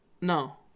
No